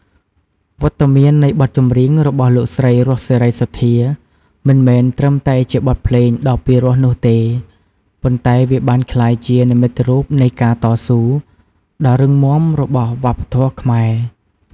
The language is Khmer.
វត្តមាននៃបទចម្រៀងរបស់លោកស្រី រស់ សេរីសុទ្ធា មិនមែនត្រឹមតែជាបទភ្លេងដ៏ពីរោះនោះទេ ប៉ុន្តែវាបានក្លាយជា និមិត្តរូបនៃការតស៊ូ ដ៏រឹងមាំរបស់វប្បធម៌ខ្មែរ។